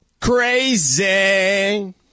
Crazy